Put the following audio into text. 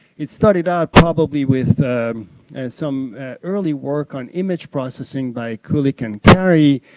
it started out probably with some early work on image processing by culik and kari.